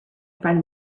front